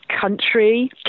country